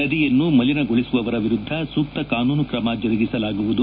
ನದಿಯನ್ನು ಮಲಿನಗೊಳಿಸುವವರ ವಿರುದ್ದ ಸೂಕ್ತ ಕಾನೂನು ಕ್ರಮ ಜರುಗಿಸಲಾಗುವುದು